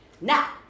Now